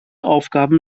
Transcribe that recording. aufgaben